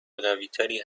قویتری